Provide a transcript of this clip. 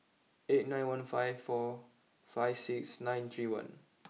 eight nine one five four five six nine three one